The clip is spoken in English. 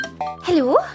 Hello